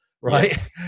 right